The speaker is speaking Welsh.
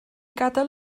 gadael